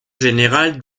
général